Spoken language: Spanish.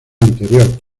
anterior